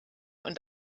und